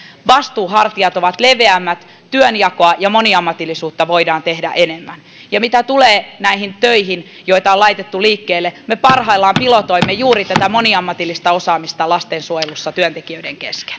vastuuhartiat ovat leveämmät työnjakoa ja moniammatillisuutta voidaan tehdä enemmän ja mitä tulee näihin töihin joita on laitettu liikkeelle me parhaillamme pilotoimme juuri tätä moniammatillista osaamista lastensuojelussa työntekijöiden kesken